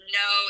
no